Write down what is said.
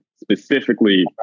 specifically